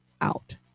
out